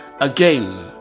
again